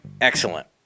Excellent